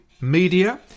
media